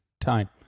time